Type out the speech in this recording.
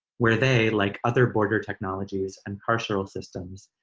where they, like other border technologies and carcereal systems,